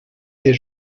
des